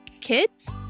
kids